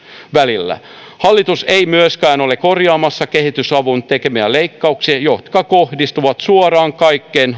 välillä hallitus ei myöskään ole korjaamassa kehitysapuun tekemiään leikkauksia jotka kohdistuvat suoraan kaikkein